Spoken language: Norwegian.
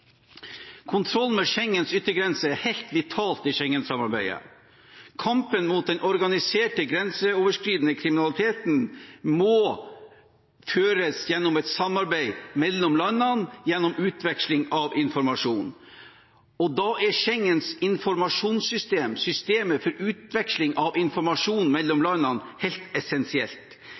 Kontroll med Schengens yttergrense er helt vitalt i Schengen-samarbeidet. Kampen mot den organiserte, grenseoverskridende kriminaliteten må føres gjennom et samarbeid mellom landene, gjennom utveksling av informasjon, og da er Schengens informasjonssystem, systemet for utveksling av informasjon mellom landene, helt essensielt.